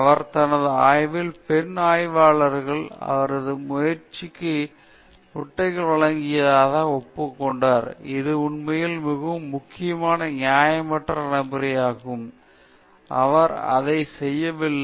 அவர் தனது ஆய்வில் பெண் ஆய்வாளர்கள் அவரது ஆராய்ச்சிக்கு முட்டைகளை வழங்கியதாக ஒப்புக் கொண்டார் இது உண்மையில் மிகவும் முக்கியமான நியாயமற்ற நடைமுறையாகும் அவர் அதை செய்யவில்லை